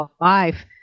life